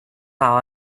how